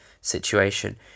situation